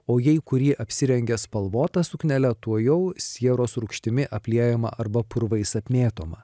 o jei kuri apsirengia spalvota suknele tuojau sieros rūgštimi apliejama arba purvais apmėtoma